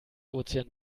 ozean